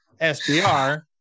SBR